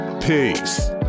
Peace